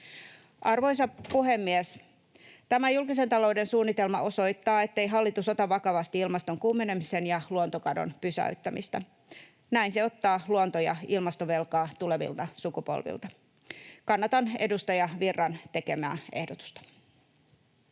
Arvoisa puhemies! Tämä julkisen talouden suunnitelma osoittaa, ettei hallitus ota vakavasti ilmaston kuumenemisen ja luontokadon pysäyttämistä. Näin se ottaa luonto- ja ilmastovelkaa tulevilta sukupolvilta. Kannatan edustaja Virran tekemää ehdotusta.